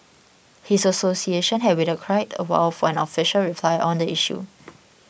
his association had waited quite a while for an official reply on the issue